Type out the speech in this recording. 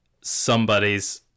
somebody's